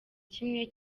kimwe